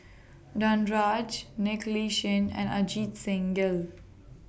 Danaraj Li Chin and Ajit Singh Gill